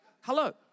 Hello